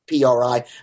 PRI